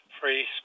Free